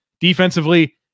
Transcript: Defensively